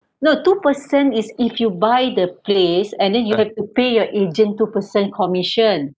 no two percent is if you buy the place and then you have to pay your agent two percent commission